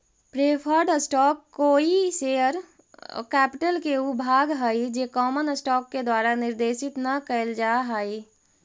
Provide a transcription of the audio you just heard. preferred stock कोई share capital के ऊ भाग हइ जे कॉमन स्टॉक के द्वारा निर्देशित न कैल जा हइ